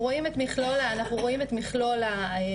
אנחנו רואים את מכלול הדברים,